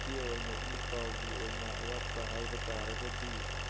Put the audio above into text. ꯀꯤ ꯑꯣꯏꯅ ꯏ ꯄꯥꯎꯒꯤ ꯑꯣꯏꯅ ꯑꯋꯥꯠꯄ ꯍꯥꯏꯕ ꯇꯥꯔꯒꯗꯤ